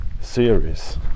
series